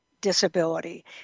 disability